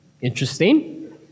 interesting